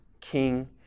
King